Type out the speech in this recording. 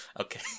Okay